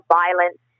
violence